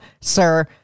sir